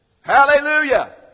Hallelujah